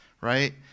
right